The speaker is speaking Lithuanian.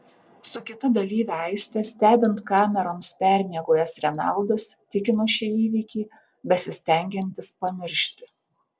su kita dalyve aiste stebint kameroms permiegojęs renaldas tikino šį įvykį besistengiantis pamiršti